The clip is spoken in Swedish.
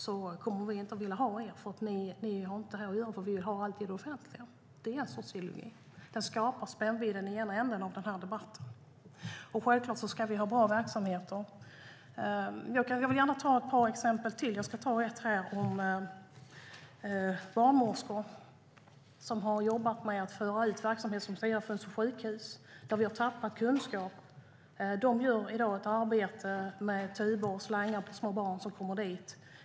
Vi vill inte ha privat verksamhet i alla fall. Vi vill ha allt inom det offentliga. Det är en sorts ideologi som skapar spännvidden i ena änden av denna debatt. Självklart ska vi ha bra verksamheter. Jag ska nämna ytterligare ett exempel om barnmorskor som har jobbat med att föra ut verksamhet som tidigare har funnits på sjukhus, där vi har tappat kunskap. Dessa barnmorskor gör i dag ett arbete med tuber och slangar på små barn som kommer dit.